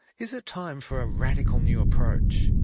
is it time for a radical new approach,